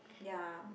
yeah